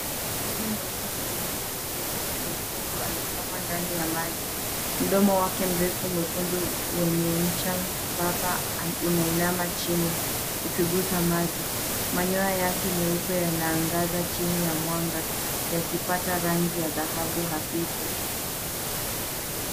Ndege mweupe mwenye miguu nyekundu anasimama ndani ya maji. Mdomo wake mrefu mwekundu wenye ncha papa, unainama chini ukigusa maji. Manyoya yake meupe yanaangaza chini ya mwanga yakipata rangi ya dhahabu hafifu.